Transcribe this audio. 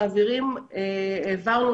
העברנו